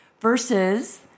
versus